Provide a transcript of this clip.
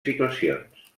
situacions